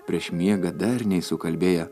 prieš miegą darniai sukalbėję